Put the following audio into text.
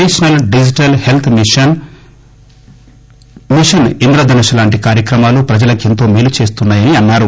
national digital health mission Indradhanush లాంటి కార్యక్రమాలు ప్రజలకెంతో మేలు చేస్తున్న యని అన్నారు